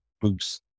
boost